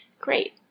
Great